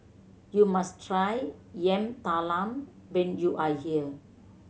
you must try Yam Talam when you are here